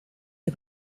der